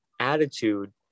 attitude